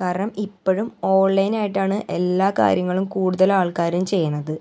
കാരണം ഇപ്പോഴും ഓൺലൈനായിട്ടാണ് എല്ലാ കാര്യങ്ങളും കൂടുതലാൾക്കാരും ചെയ്യുന്നത്